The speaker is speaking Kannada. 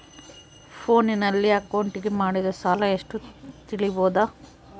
ಫೋನಿನಲ್ಲಿ ಅಕೌಂಟಿಗೆ ಮಾಡಿದ ಸಾಲ ಎಷ್ಟು ತಿಳೇಬೋದ?